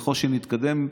ככל שנתקדם,